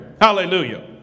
Hallelujah